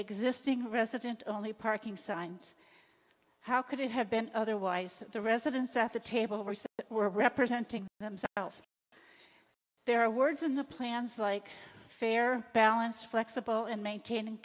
existing resident only parking signs how could it have been otherwise the residents at the table oversee were representing themselves there are words in the plans like fair balance flexible in maintaining